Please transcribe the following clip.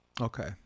Okay